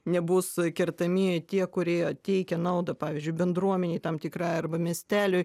nebus kertami tie kurie teikia naudą pavyzdžiui bendruomenei tam tikrai arba miesteliui